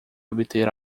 obter